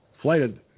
Flighted